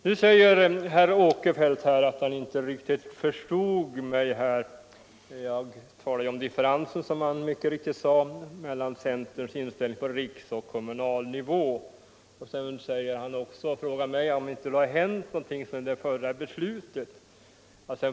Nu säger herr Åkerfeldt att han inte riktigt förstod vad jag sade om differensen mellan centerns inställning på riksoch kommunalnivå. Sedan frågar han mig om det inte hänt någonting sedan det förra beslutet.